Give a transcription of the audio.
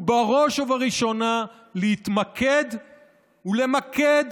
בראש ובראשונה להתמקד ולמקד